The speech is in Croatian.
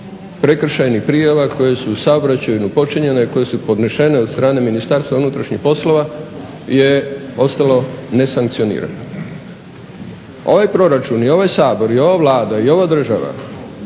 prekršajnih prijava koje su u saobraćaju počinjene, koje su podnešene od strane Ministarstva unutrašnjih poslova je ostalo ne sankcionirano. Ovaj proračun, i ovaj Sabor, i ova Vlada, i ova država